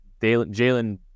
Jalen